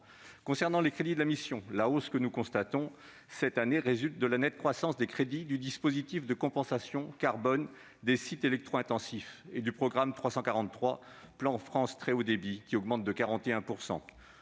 Concernant les crédits de la mission, la hausse que nous constatons cette année résulte de la nette augmentation des crédits du dispositif de compensation carbone des sites électro-intensifs et du programme 343, « Plan France Très haut débit »- les crédits